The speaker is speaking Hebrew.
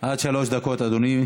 עודה, עד שלוש דקות, אדוני.